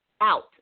out